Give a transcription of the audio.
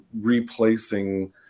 replacing